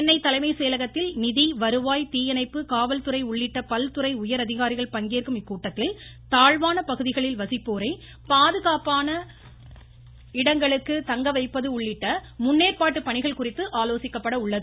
சென்னை தலைமைச் செயலகத்தில் நிதி வருவாய் தீயணைப்பு காவல்துறை உள்ளிட்ட பல்துறை உயர்அதிகரிகாரிகள் பங்கேற்கும் இக்கூட்டத்தில் தாழ்வான பகுதிகளில் வசிப்போரை பாதுகாப்பான இடங்களில் தங்க வைப்பது உள்ளிட்ட முன்னேற்பாட்டு பணிகள் குறித்து ஆலோசிக்கப்பட உள்ளது